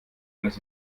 eines